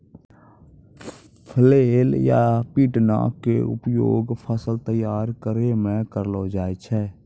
flail या पिटना के उपयोग फसल तैयार करै मॅ करलो जाय छै